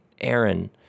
Aaron